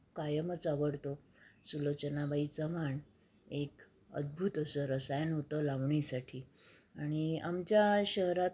कायमच आवडतो सुलोचनाबाई चव्हाण एक अद्भुत असं रसायन होतं लावणीसाठी आणि आमच्या शहरात